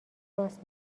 راست